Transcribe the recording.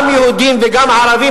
גם יהודיים וגם ערביים,